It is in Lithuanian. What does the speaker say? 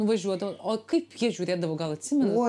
nuvažiuodavot o kaip jie žiūrėdavo gal atsimenat